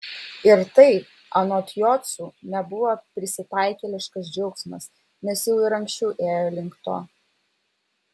ir tai anot jocų nebuvo prisitaikėliškas džiaugsmas nes jau ir anksčiau ėjo link to